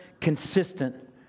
consistent